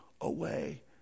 away